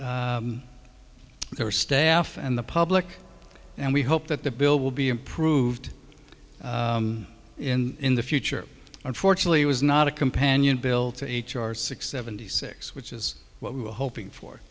and their staff and the public and we hope that the bill will be improved in the future unfortunately was not a companion bill to h r six seventy six which is what we were hoping for